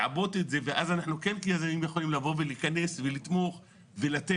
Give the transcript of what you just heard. לעבות את זה ואז אנחנו כן כיזמים יכולים להכנס ולתמוך ולתת.